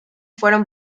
fueron